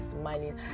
smiling